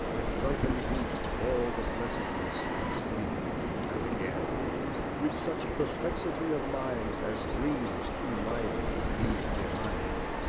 hath drunken deep of all the blessedness of sleep and again with such perplexity of mind as dreams too lively leave behind.